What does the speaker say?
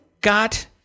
got